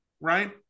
right